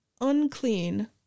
unclean